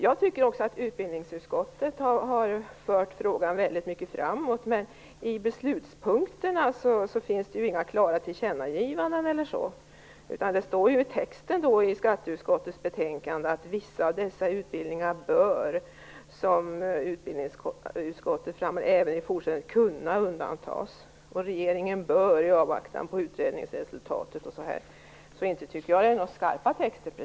Jag tycker också att utbildningsutskottet väldigt mycket har fört frågan framåt, men i beslutspunkterna finns det inga klara tillkännagivanden e.d. I skatteutskottets skrivning i betänkandet säger man: "Vissa av dessa utbildningar bör, som utbildningsutskottet framhåller, även i fortsättningen kunna undantas -." Vidare säger man: "Regeringen bör i avvaktan på utredningsresultatet -." Det är inte precis skarpa texter.